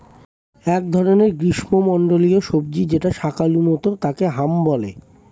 এক ধরনের গ্রীষ্মমন্ডলীয় সবজি যেটা শাকালু মতো তাকে হাম বলে